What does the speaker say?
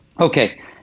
Okay